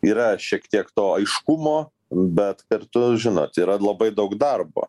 yra šiek tiek to aiškumo bet kartu žinot yra labai daug darbo